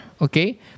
okay